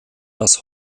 das